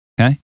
Okay